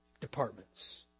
departments